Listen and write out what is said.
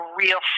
real